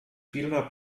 vieler